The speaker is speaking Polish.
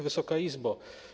Wysoka Izbo!